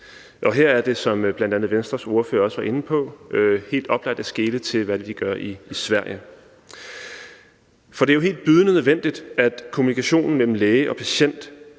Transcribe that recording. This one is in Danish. og her er det, som bl.a. også Venstres ordfører var inde på, helt oplagt at skele til, hvad de gør i Sverige. For det er jo helt bydende nødvendigt, at kommunikationen mellem læge og patient